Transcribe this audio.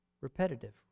repetitive